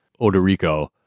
Odorico